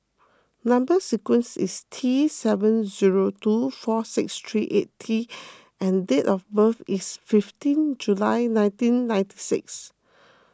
Number Sequence is T seven zero two four six three eight T and date of birth is fifteen July nineteen ninety six